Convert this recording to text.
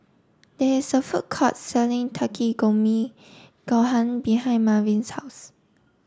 there is a food court selling Takikomi Gohan behind Malvin's house